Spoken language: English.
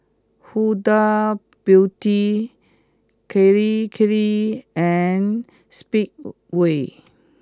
Huda Beauty Kirei Kirei and Speedway